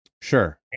sure